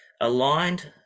aligned